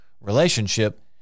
relationship